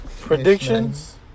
predictions